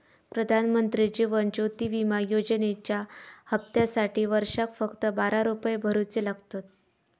प्रधानमंत्री जीवन ज्योति विमा योजनेच्या हप्त्यासाटी वर्षाक फक्त बारा रुपये भरुचे लागतत